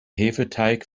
hefeteig